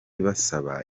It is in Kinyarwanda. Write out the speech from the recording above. basaba